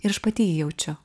ir aš pati jį jaučiu